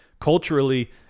culturally